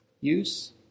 use